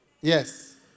Yes